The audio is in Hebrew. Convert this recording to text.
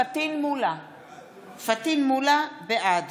(קוראת בשמות חברי הכנסת) פטין מולא, בעד